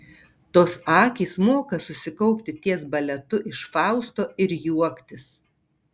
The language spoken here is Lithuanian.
tos akys moka susikaupti ties baletu iš fausto ir juoktis